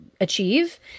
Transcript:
achieve